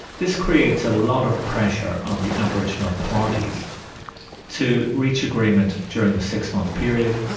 this creates a lot of pressure on the aboriginal parties to reach agreement during the six month period.